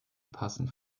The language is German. passen